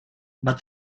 but